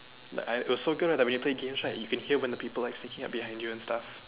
like it was so good right that when we play games right you can hear when the people like sneaking up behind you and stuff